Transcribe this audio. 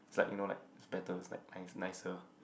it's like you know like it's better it's like nice nicer